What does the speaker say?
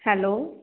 hello